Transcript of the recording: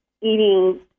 eating